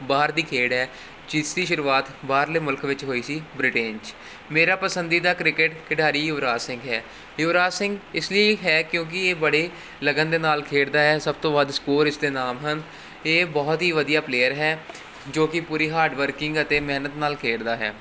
ਬਾਹਰ ਦੀ ਖੇਡ ਹੈ ਜਿਸ ਦੀ ਸ਼ੁਰੂਆਤ ਬਾਹਰਲੇ ਮੁਲਕ ਵਿੱਚ ਹੋਈ ਸੀ ਬ੍ਰਿਟੇਨ 'ਚ ਮੇਰਾ ਪਸੰਦੀਦਾ ਕ੍ਰਿਕਟ ਖਿਡਾਰੀ ਯੁਵਰਾਜ ਸਿੰਘ ਹੈ ਯੁਵਰਾਜ ਸਿੰਘ ਇਸ ਲਈ ਹੈ ਕਿਉਂਕਿ ਇਹ ਬੜੇ ਲਗਨ ਦੇ ਨਾਲ ਖੇਡਦਾ ਹੈ ਸਭ ਤੋਂ ਵੱਧ ਸਕੋਰ ਇਸ ਦੇ ਨਾਮ ਹਨ ਇਹ ਬਹੁਤ ਹੀ ਵਧੀਆ ਪਲੇਅਰ ਹੈ ਜੋ ਕਿ ਪੂਰੀ ਹਾਰਡ ਵਰਕਿੰਗ ਅਤੇ ਮਿਹਨਤ ਨਾਲ ਖੇਡਦਾ ਹੈ